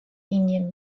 indian